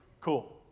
cool